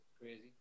Crazy